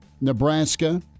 Nebraska